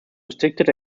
restricted